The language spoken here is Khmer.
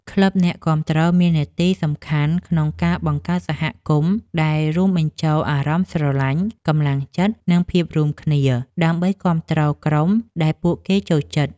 ក្លឹបអ្នកគាំទ្រមាននាទីសំខាន់ក្នុងការបង្កើតសហគមន៍ដែលរួមបញ្ចូលអារម្មណ៍ស្រឡាញ់ កំលាំងចិត្ត និងភាពរួមគ្នា ដើម្បីគាំទ្រក្រុមដែលពួកគេចូលចិត្ត។